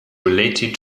related